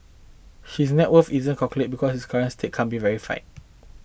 his net worth isn't calculated because his current stake can't be verified